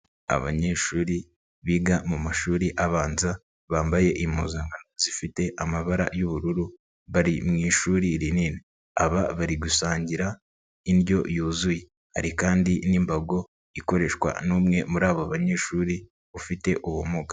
Abanyeshuri biga mu mashuri abanza bambaye impuzankano zifite amabara y'ubururu bari mu ishuri rinini. Aba bari gusangira indyo yuzuye. Hari kandi n'imbago ikoreshwa n'umwe muri aba banyeshuri ufite ubumuga.